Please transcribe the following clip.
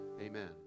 Amen